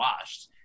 washed